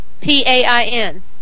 P-A-I-N